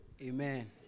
Amen